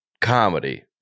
comedy